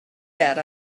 that